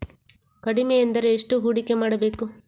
ಕಡಿಮೆ ಎಂದರೆ ಎಷ್ಟು ಹೂಡಿಕೆ ಮಾಡಬೇಕು?